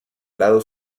lado